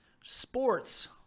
sports